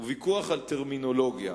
הוא ויכוח על טרמינולוגיה.